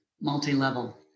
multi-level